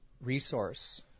resource